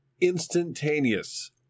instantaneous